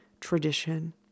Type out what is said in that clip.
tradition